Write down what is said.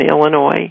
Illinois